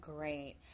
Great